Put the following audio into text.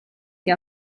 che